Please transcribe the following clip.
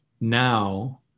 now